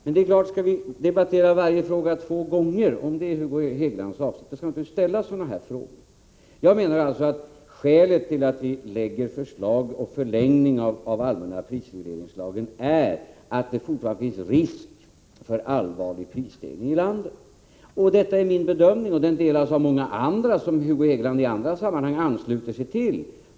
Men det är klart att om vi skall debattera varje fråga två gånger — om det är Hugo Hegelands avsikt — skall han naturligtvis ställa sådana här frågor. Jag menar alltså att skälet till att vi lägger fram förslag om förlängning av den allmänna prisregleringslagen är att det fortfarande finns risk för allvarlig prisstegring i landet. Detta är min bedömning, och den delas av många andra som Hugo Hegeland i andra sammanhang ansluter sig till.